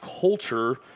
culture